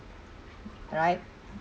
right